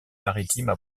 maritimes